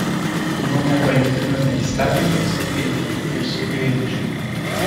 jo nepajudinami įstatymai saulėtekiui ir saulėlydžiui